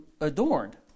adorned